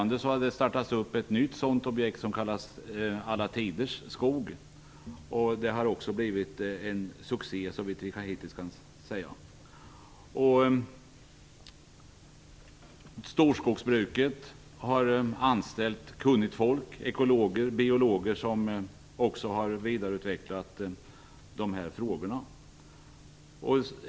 Nu har ett nytt sådant objekt startats, Alla tiders skog. Också det har blivit en succé, såvitt vi hittills kunnat bedöma. Storskogsbruket har anställt kunnigt folk, ekologer och biologer, som också har vidareutvecklat dessa frågor.